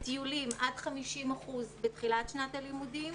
טיולים עד 50% בתחילת שנת הלימודים